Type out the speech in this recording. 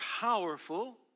powerful